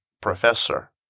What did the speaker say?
professor